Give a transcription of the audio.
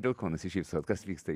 dėl ko nusišypsot kas vyksta